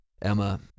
Emma